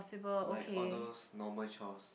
like all those normal chores